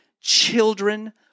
children